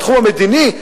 בתחום המדיני,